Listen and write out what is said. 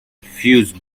fuse